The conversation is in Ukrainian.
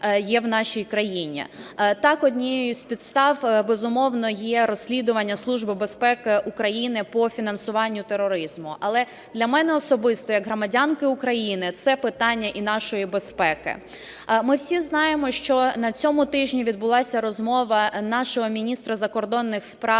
є в нашій країні. Так однією із підстав, безумовно, є розслідування Службою безпеки України по фінансуванню тероризму. Але для мене особисто, як громадянки України – це питання і нашої безпеки. Ми всі знаємо, що на цьому тижні відбулася розмова нашого міністра закордонних справ